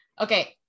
Okay